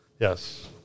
Yes